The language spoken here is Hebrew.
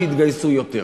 הלוואי שיתגייסו יותר.